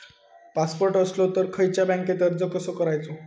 Passport असलो तर खयच्या बँकेत अर्ज कसो करायचो?